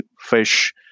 fish